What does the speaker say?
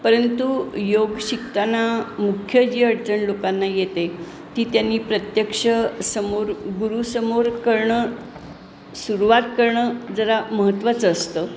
परंतु योग शिकताना मुख्य जी अडचण लोकांना येते ती त्यांनी प्रत्यक्ष समोर गुरुसमोर करणं सुरुवात करणं जरा महत्वाचं असतं